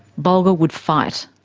bulga would fight.